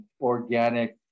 organic